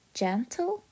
gentle